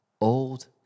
old